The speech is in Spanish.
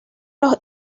los